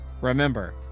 Remember